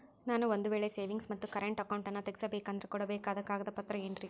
ನಾನು ಒಂದು ವೇಳೆ ಸೇವಿಂಗ್ಸ್ ಮತ್ತ ಕರೆಂಟ್ ಅಕೌಂಟನ್ನ ತೆಗಿಸಬೇಕಂದರ ಕೊಡಬೇಕಾದ ಕಾಗದ ಪತ್ರ ಏನ್ರಿ?